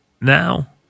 Now